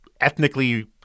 ethnically